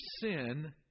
sin